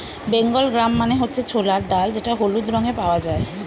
Bengal gram মানে হচ্ছে ছোলার ডাল যেটা হলুদ রঙে পাওয়া যায়